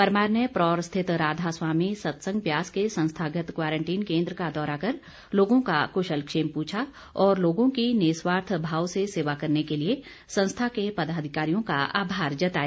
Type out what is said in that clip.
परमार ने परौर स्थित राधास्वामी सतसंग ब्यास के संस्थागत क्वारंटीन केंद्र का दौरा कर लोगों का कुशलक्षेम पूछा और लोगों की निस्वार्थ भाव से सेवा करने के लिए संस्था के पदाधिकारियों का आभार जताया